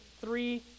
three